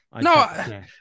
No